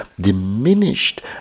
diminished